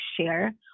share